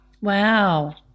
Wow